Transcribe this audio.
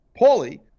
Paulie